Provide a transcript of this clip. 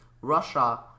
Russia